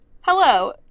Hello